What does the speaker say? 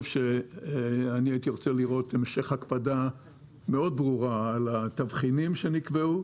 הייתי רוצה לראות המשך הקפדה ברורה מאוד על התבחינים שנקבעו,